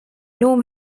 norm